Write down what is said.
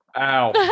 ow